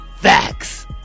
Facts